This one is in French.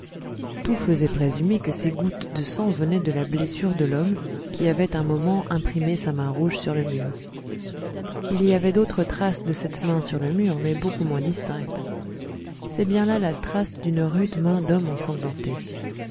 tout faisait présumer que ces gouttes de sang venaient de la blessure de l'homme qui avait un moment imprimé sa main rouge sur le mur il y avait d'autres traces de cette main sur le mur mais beaucoup moins distinctes c'était bien là la trace d'une rude main d'homme ensanglantée